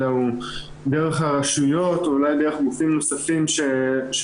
אלא הוא דרך הרשויות או אולי דרך גופים נוספים שפועלים.